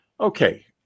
Okay